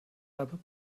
habe